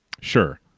Sure